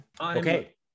Okay